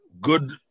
good